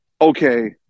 okay